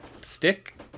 stick